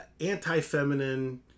anti-feminine